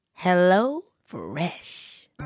HelloFresh